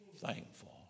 thankful